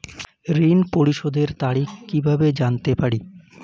ঋণ পরিশোধের তারিখ কিভাবে জানতে পারি?